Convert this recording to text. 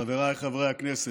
חבריי חברי הכנסת,